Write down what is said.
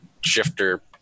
shifter